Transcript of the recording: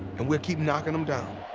and we'll keep knocking them down.